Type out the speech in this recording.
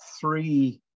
three